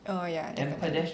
oh ya correct